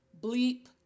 Bleep